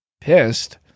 pissed